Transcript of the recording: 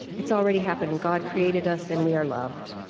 it's already happened. god created us, and we are loved